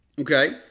Okay